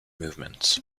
movements